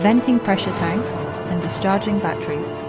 venting pressure tanks and discharging batteries.